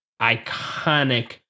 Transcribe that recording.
iconic